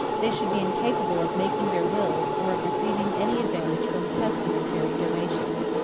they should be incapable of making their wills or of receiving any advantage from testamentary donations.